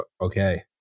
Okay